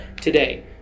today